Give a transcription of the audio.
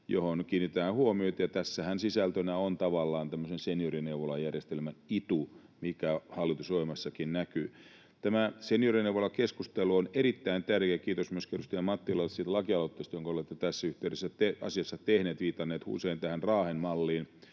johon kiinnitetään huomiota, ja tässähän sisältönä on tavallaan tämmöisen seniorineuvolajärjestelmän itu, mikä hallitusohjelmassakin näkyy. Tämä seniorineuvolakeskustelu on erittäin tärkeä. Kiitos myöskin edustaja Mattilalle siitä lakialoitteesta, jonka olette tässä yhteydessä asiassa tehnyt, ja olette viitannut usein Raahen malliin.